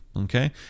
okay